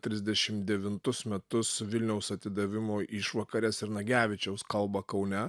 trisdešim devintus metus vilniaus atidavimo išvakares ir nagevičiaus kalbą kaune